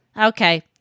Okay